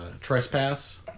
Trespass